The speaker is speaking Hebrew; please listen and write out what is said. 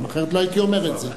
אחרת לא הייתי אומר את זה,